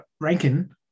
Rankin